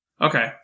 Okay